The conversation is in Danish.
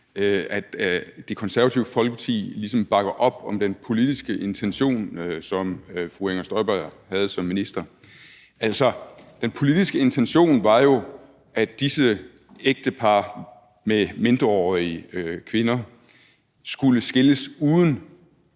at Det Konservative Folkeparti ligesom bakker op om den politiske intention, som fru Inger Støjberg havde som minister. Altså, den politiske intention var jo, at disse ægtepar med mindreårige kvinder skulle adskilles uden